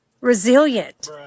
resilient